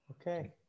Okay